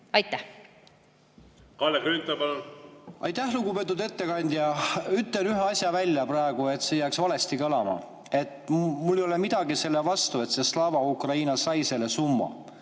palun! Kalle Grünthal, palun! Aitäh! Lugupeetud ettekandja! Ütlen ühe asja välja praegu, et see ei jääks valesti kõlama: mul ei ole midagi selle vastu, et Slava Ukraini sai selle summa.